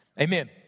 amen